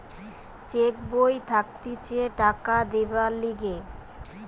check বই থাকতিছে টাকা দিবার লিগে